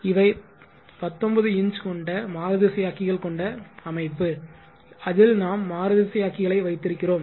இவை 19 இன்ச் கொண்ட மாறுதிசையாக்கிகளை கொண்ட அமைப்பு அதில் நாம் மாறுதிசையாக்கிகளை வைத்திருக்கிறோம்